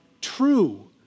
true